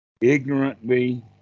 ignorantly